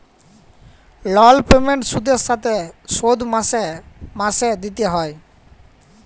লল পেমেল্ট সুদের সাথে শোধ মাসে মাসে দিতে হ্যয়